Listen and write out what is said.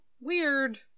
weird